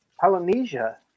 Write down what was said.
Polynesia